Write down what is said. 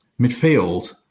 Midfield